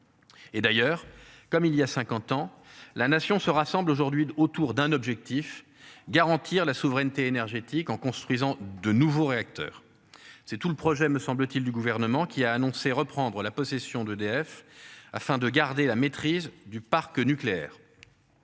Et d'ailleurs comme il y a 50 ans la nation se rassemblent aujourd'hui autour d'un objectif, garantir la souveraineté énergétique en construisant de nouveaux réacteurs, c'est tout le projet me semble-t-il du gouvernement qui a annoncé reprendre la possession d'EDF. Afin de garder la maîtrise du parc nucléaire.